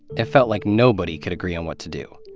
it felt like nobody could agree on what to do,